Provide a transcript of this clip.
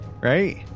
Right